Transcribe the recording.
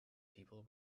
people